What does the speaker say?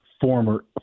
former